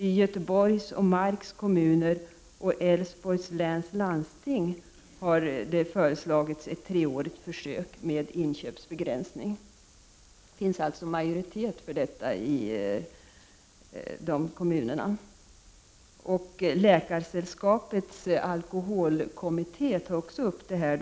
I Göteborgs och Marks kommuner samt i Älvsborgs läns landsting har ett treårigt försök med inköpsbegränsning föreslagits. Det finns alltså majoritet för detta i de kommunerna. Läkarsällskapets alkoholkommitté tar också upp detta.